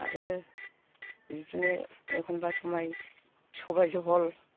आरो बिदिनो एखम्बा समाय सबाय जहल